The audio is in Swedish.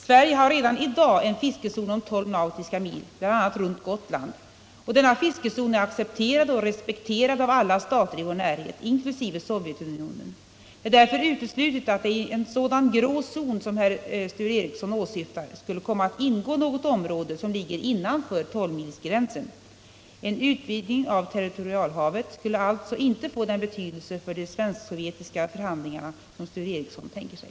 Sverige har redan i dag en fiskezon om tolv nautiska mil, bl.a. runt Gotland, och denna fiskezon är accepterad och respekterad av alla stater i vår närhet, inkl. Sovjetunionen. Det är därför uteslutet att det i en sådan grå zon som Sture Ericson åsyftar skulle komma att ingå något område som ligger innanför tolvmilsgränsen. En utvidgning av territorialhavet skulle alltså inte få den betydelse för de svensk-sovjetiska förhandlingarna som Sture Ericson tänker sig.